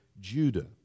Judah